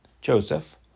Joseph